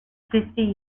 fifty